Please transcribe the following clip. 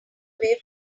away